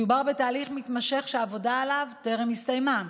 מדובר בתהליך מתמשך שהעבודה עליו טרם הסתיימה.